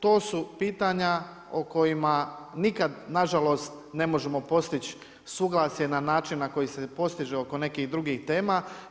To su pitanja o kojima nikada nažalost, ne možemo postići suglasje, na način na koji se postiže oko nekih drugih tema.